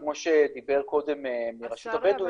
כמו שאמר קודם מרשות הבדואים --- השר,